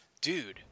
dude